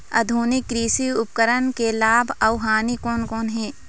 आधुनिक कृषि उपकरण के लाभ अऊ हानि कोन कोन हे?